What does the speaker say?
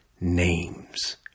names